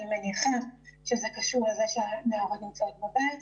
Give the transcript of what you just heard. אני מניחה שזה קשור לזה שהנערות נמצאות בבית,